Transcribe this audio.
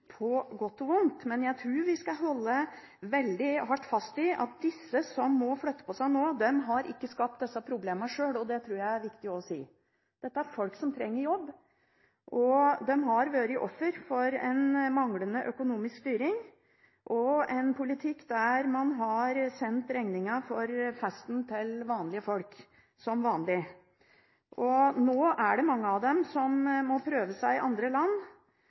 på godt og vondt, men jeg tror vi skal holde veldig hardt fast i at disse som nå må flytte på seg, ikke har skapt disse problemene sjøl. Det tror jeg er viktig også å si. Dette er folk som trenger jobb. De har vært ofre for en manglende økonomisk styring og en politikk der man har sendt regningen for festen til vanlige folk, som vanlig. Nå er det mange av dem som må prøve seg i andre land,